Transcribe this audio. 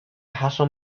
hassle